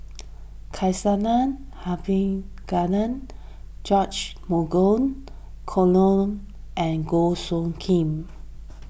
Abisheganaden George Dromgold Coleman and Goh Soo Khim